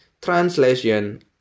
translation